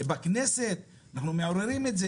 בכנסת אנחנו מעוררים את זה,